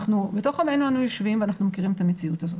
אנחנו בתוך עמנו יושבים ומכירים את המציאות הזאת.